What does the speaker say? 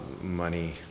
money